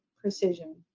precision